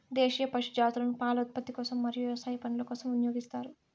దేశీయ పశు జాతులను పాల ఉత్పత్తి కోసం మరియు వ్యవసాయ పనుల కోసం వినియోగిస్తారు